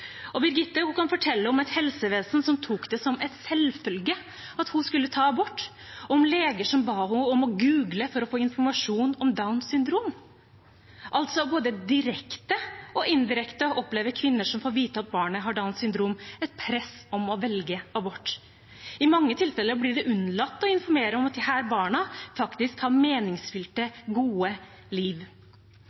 og Birgitte kan fortelle om et helsevesen som tok det som en selvfølge at hun skulle ta abort, om leger som ba henne om å google for å få informasjon om Downs syndrom. Både direkte og indirekte opplever altså kvinner som får vite at barnet har Downs syndrom, et press om å velge abort. I mange tilfeller blir det unnlatt å informere om at disse barna faktisk har et meningsfylt, godt liv.